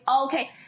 okay